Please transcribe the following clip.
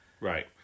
Right